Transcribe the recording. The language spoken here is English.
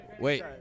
Wait